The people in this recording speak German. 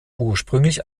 ursprünglich